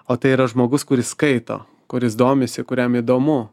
o tai yra žmogus kuris skaito kuris domisi kuriam įdomu